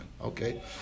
okay